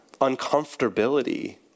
uncomfortability